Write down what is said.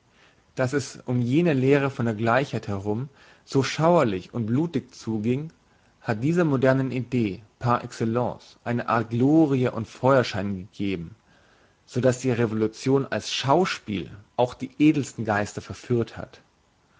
dass es um jene lehre von der gleichheit herum so schauerlich und blutig zu gieng hat dieser modernen idee par excellence eine art glorie und feuerschein gegeben so dass die revolution als schauspiel auch die edelsten geister verführt hat